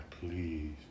please